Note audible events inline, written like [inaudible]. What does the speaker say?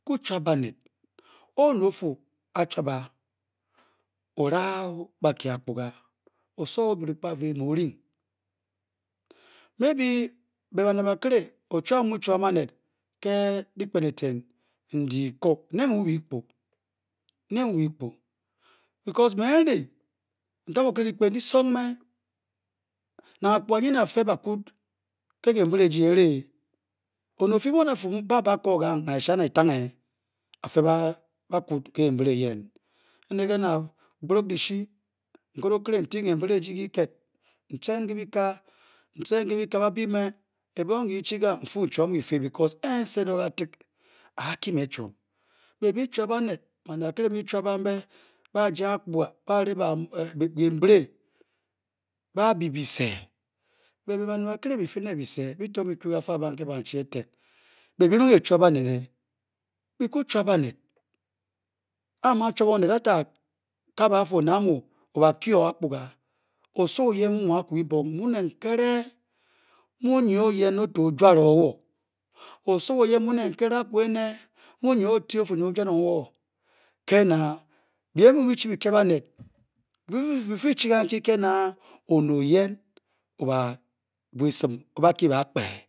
Wor odii kena osano inga emule mbe oh wea mbe mo ga lum onel ge je kemen [hesitation] onal okelo or neya apkor ka oba pkele kabe mu opia appor na oba kor pa peny oo'nel otuba pia ole oleb and mu otube l' osowor obropkabi oru wor tube banel otuja ora keto ba penny ar meh ora lenedi infua o koi okemi ba pamy ji back oba gese ji na mbe le ara lekan oh ntube kunbe pikal ehi gambe keji ndie ga canbe kepkabe nsor mubhi nmuchi bet mdi di gaupe nge osowor apka ager aku le osowor